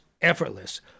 effortless